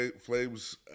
flames